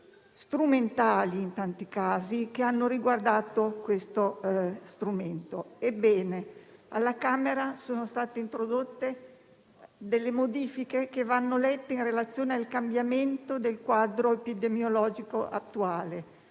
strumentali in tanti casi - che hanno riguardato questo strumento. Ebbene, alla Camera sono state introdotte modifiche che vanno lette in relazione al cambiamento del quadro epidemiologico attuale,